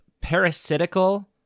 parasitical